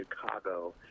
Chicago